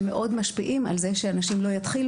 שמאוד משפיעים על כך שאנשים לא יתחילו